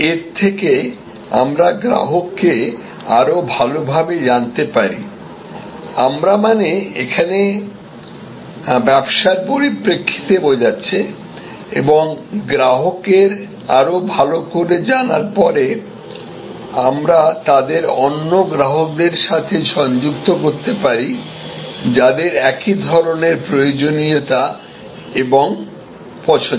এর থেকে আমরা গ্রাহককে আরও ভালভাবে জানতে পারি আমরা মানে এখানে ব্যবসার পরিপ্রেক্ষিতে বোঝাচ্ছে এবং গ্রাহকের আরও ভাল করে জানার পরে আমরা তাদের অন্য গ্রাহকদের সাথে সংযুক্ত করতে পারি যাদের একই ধরনের প্রয়োজনীয়তা এবং পছন্দ